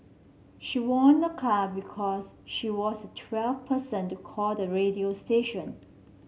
she won a car because she was the twelfth person to call the radio station